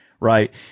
right